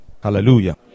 Hallelujah